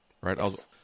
right